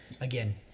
again